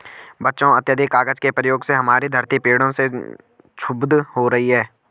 बच्चों अत्याधिक कागज के प्रयोग से हमारी धरती पेड़ों से क्षुब्ध हो रही है